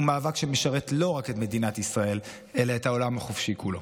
הוא מאבק שמשרת לא רק את מדינת ישראל אלא את העולם החופשי כולו.